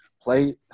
Play